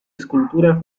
escultura